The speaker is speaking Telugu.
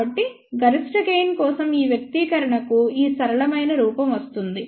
కాబట్టి గరిష్ట గెయిన్ కోసం ఈ వ్యక్తీకరణ కు ఈ సరళమైన రూపం వస్తుంది